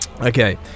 Okay